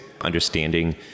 understanding